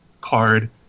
card